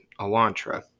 Elantra